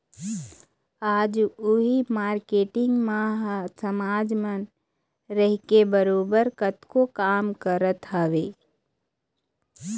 आज उही मारकेटिंग मन ह समाज म रहिके बरोबर कतको काम करत हवँय